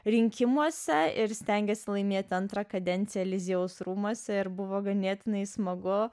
rinkimuose ir stengėsi laimėti antrą kadenciją eliziejaus rūmuose ir buvo ganėtinai smagu